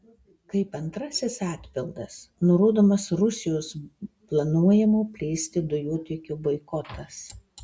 kaip antrasis atpildas nurodomas rusijos planuojamo plėsti dujotiekio boikotas